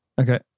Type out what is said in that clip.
Okay